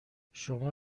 شما